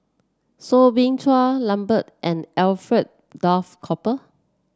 Soo Bin Chua Lambert and Alfred Duff Cooper